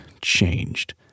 changed